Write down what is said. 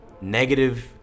negative